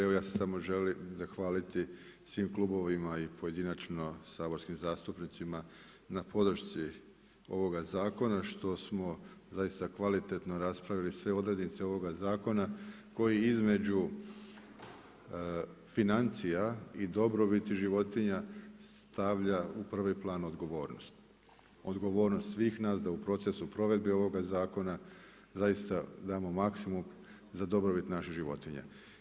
Evo ja sam samo želim zahvaliti svim klubovima i pojedinačno saborskim zastupnicima na podršci ovoga zakona što smo zaista kvalitetno raspravili sve odrednice ovoga zakona koji između financija i dobrobiti životinja stavlja u prvi plan odgovornost, odgovornost svih nas da u procesu provedbe ovoga zakona zaista damo maksimum za dobrobit naših životinja.